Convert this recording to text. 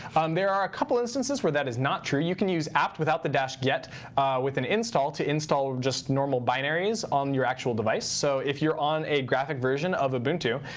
there are a couple instances where that is not true. you can use apt without the dash get with an install to install just normal binaries on your actual device. so if you're on a graphic version of ubuntu,